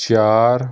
ਚਾਰ